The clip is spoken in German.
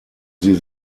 sie